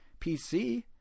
PC